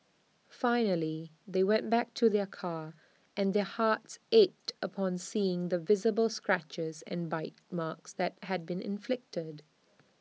finally they went back to their car and their hearts ached upon seeing the visible scratches and bite marks that had been inflicted